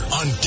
on